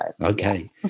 okay